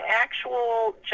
actual